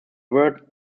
word